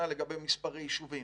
וכנ"ל לגבי מספר היישובים.